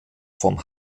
vom